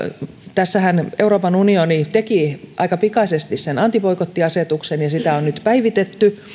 tässähän euroopan unioni teki aika pikaisesti sen antiboikottiasetuksen ja sitä on nyt päivitetty